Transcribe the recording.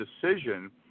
decision